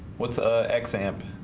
what's a xampp